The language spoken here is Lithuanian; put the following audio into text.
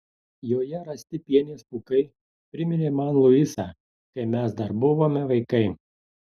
joje rasti pienės pūkai priminė man luisą kai mes dar buvome vaikai